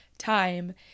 time